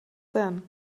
then